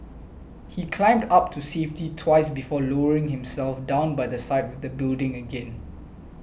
he climbed up to safety twice before lowering himself down by the side of the building again